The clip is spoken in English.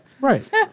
Right